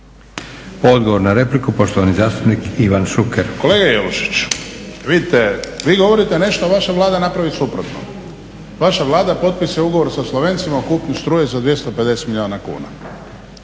Odgovor na repliku, poštovani zastupnik Ivan Šuker. **Šuker, Ivan (HDZ)** Kolega Jelušić, vidite vi govorite nešto, a vaša Vlada napravi suprotno. Vaša Vlada potpiše ugovor sa Slovencima o kupnji struje za 250 milijuna kuna.